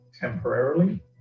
temporarily